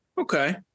Okay